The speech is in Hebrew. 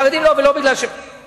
רק שלטון הרוב, זה גם זכויות המיעוט.